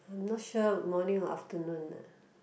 I'm not sure morning or afternoon uh